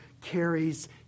carries